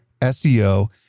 SEO